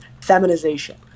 feminization